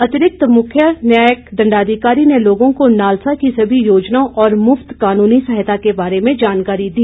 अतिरिक्त मुख्य न्यायिक दंडाधिकारी ने लोगों को नालसा की सभी योजनाओं और मुफ्त कानूनी सहायता के बारे में जानकारी दी